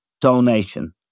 donation